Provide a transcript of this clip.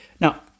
Now